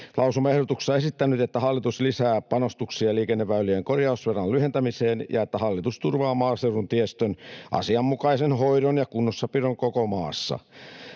lausumaehdotuksessa esittäneet, että hallitus lisää panostuksia liikenneväylien korjausvelan lyhentämiseen ja että hallitus turvaa maaseudun tiestön asianmukaisen hoidon ja kunnossapidon koko maassa.